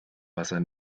wasser